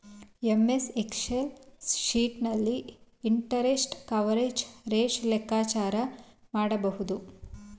MS Excel sheet ನಲ್ಲಿ interest coverage ratio ಲೆಕ್ಕಾಚಾರ ಮಾಡಬಹುದು